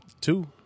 Two